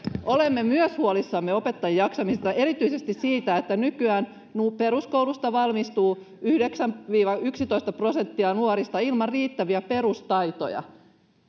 olemme myös huolissamme opettajien jaksamisesta erityisesti siitä että nykyään peruskoulusta valmistuu yhdeksän viiva yksitoista prosenttia nuorista ilman riittäviä perustaitoja